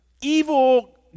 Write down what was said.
evil